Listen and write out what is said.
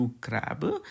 crab